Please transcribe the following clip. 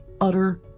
utter